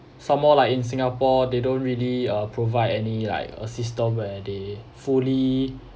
some more like in singapore they don't really uh provide any like a system where they fully